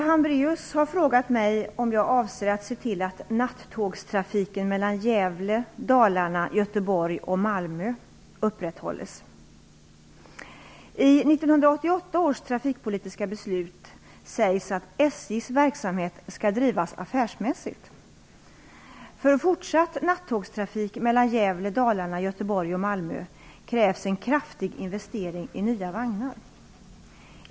Herr talman! Birgitta Hambraeus har frågat mig om jag avser att se till att nattågstrafiken mellan Malmö krävs en kraftig investering i nya vagnar.